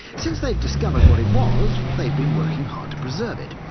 since they've discovered what it was, they've been working hard to preserve it,